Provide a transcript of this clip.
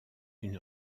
une